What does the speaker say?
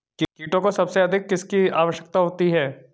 कीटों को सबसे अधिक किसकी आवश्यकता होती है?